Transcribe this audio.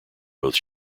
both